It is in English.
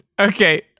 Okay